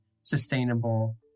sustainable